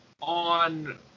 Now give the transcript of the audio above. on